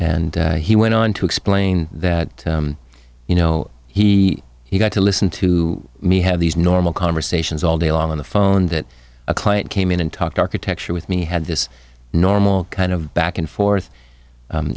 d he went on to explain that you know he he got to listen to me have these normal conversations all day long on the phone that a client came in and talked architecture with me had this normal kind of back and forth